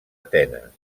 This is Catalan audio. atenes